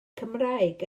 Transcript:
cymraeg